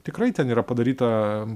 tikrai ten yra padaryta